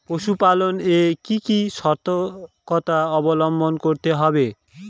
পশুপালন এ কি কি সর্তকতা অবলম্বন করতে হবে?